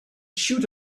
shoot